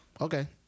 okay